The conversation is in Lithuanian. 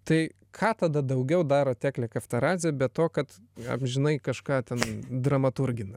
tai ką tada daugiau daro teklė kaftaradzė be to kad amžinai kažką ten dramaturgina